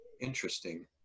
interesting